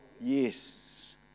Yes